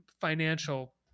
financial